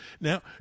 now